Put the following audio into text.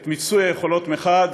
את מיצוי היכולות מחד